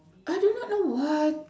I do not know what